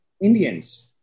Indians